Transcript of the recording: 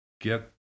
get